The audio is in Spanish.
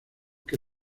que